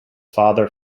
father